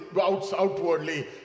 outwardly